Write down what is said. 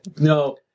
No